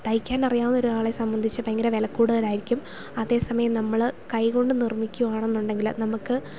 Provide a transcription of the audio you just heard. തയ്ക്കാനറിയാവുന്ന ഒരാളെ സംബന്ധിച്ചു ഭയങ്കര വില കൂടുതലായിരിക്കും അതേ സമയം നമ്മൾ കൈകൊണ്ട് നിർമ്മിക്കുകയാണെന്നുണ്ടെങ്കിൽ നമുക്ക്